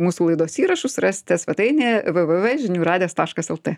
mūsų laidos įrašus rasite svetainėje v v v žinių radijas taškas lt